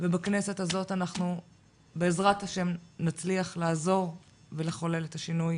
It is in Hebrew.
ובכנסת הזאת אנחנו בעזרת השם נצליח לעזור ולחולל את השינוי